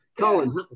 Colin